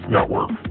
Network